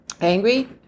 angry